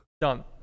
done